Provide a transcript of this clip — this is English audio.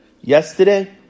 yesterday